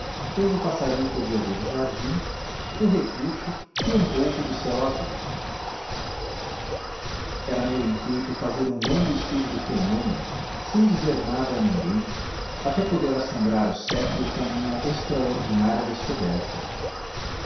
donde o passarinho podia ver o jardim o repuxo e um pouco do céu azul era meu intuito fazer um longo estudo do fenômeno sem dizer nada a ninguém até poder assombrar o século com a minha extraordinária descoberta